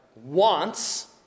wants